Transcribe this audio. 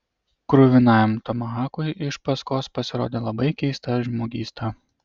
kruvinajam tomahaukui iš paskos pasirodė labai keista žmogysta